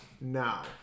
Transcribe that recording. now